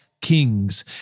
Kings